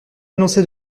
annoncé